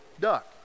duck